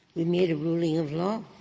we made a ruling of law.